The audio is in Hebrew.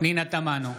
פנינה תמנו,